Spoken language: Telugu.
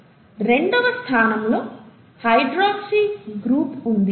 కాబట్టి రెండవ స్థానంలో హైడ్రాక్సీ గ్రూప్ ఉంది